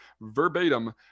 verbatim